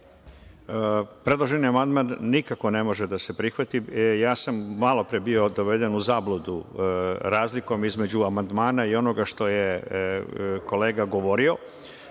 Predloženi amandman nikako ne može da se prihvati. Ja sam malopre bio doveden u zabludu razlikom između amandmana i onoga što je kolega govorio